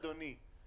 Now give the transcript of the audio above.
אדוני?